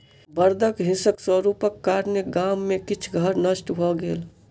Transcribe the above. बड़दक हिंसक स्वरूपक कारणेँ गाम में किछ घर नष्ट भ गेल